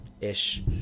ish